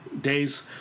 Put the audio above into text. days